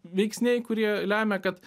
veiksniai kurie lemia kad